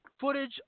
footage